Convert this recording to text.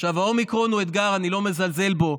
עכשיו, האומיקרון הוא אתגר, ואני לא מזלזל בו,